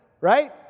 Right